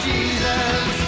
Jesus